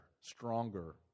stronger